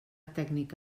tècnic